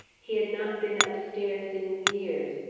he had not been upstairs in years,